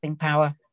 power